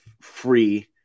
free